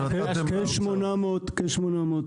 כ-800 מיליון.